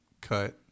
cut